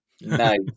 Nice